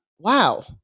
wow